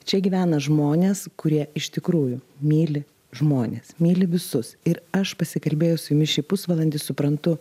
čia gyvena žmonės kurie iš tikrųjų myli žmones myli visus ir aš pasikalbėjus su jumis šį pusvalandį suprantu